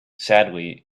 sadly